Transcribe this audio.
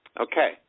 Okay